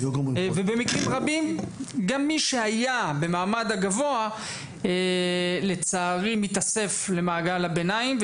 ובמקרים רבים גם מי שהיה במעמד הגבוה לצערי מתאסף למעגל הביניים.